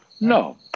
No